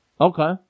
okay